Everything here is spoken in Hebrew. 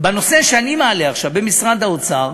בנושא שאני מעלה עכשיו, במשרד האוצר,